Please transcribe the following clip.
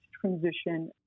transition